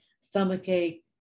stomachache